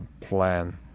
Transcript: plan